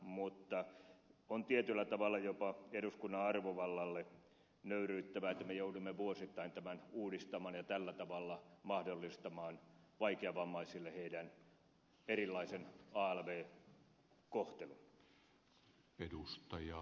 mutta on tietyllä tavalla jopa eduskunnan arvovallalle nöyryyttävää että me joudumme vuosittain tämän uudistamaan ja tällä tavalla mahdollistamaan vaikeavammaisille heidän erilaisen alv kohtelunsa